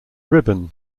ribbon